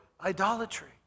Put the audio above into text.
idolatry